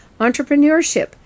Entrepreneurship